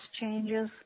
changes